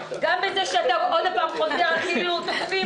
גם בזה שאתה עוד פעם חוזר כאילו תוקפים אותך.